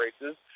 races